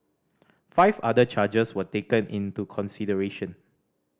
five other charges were taken into consideration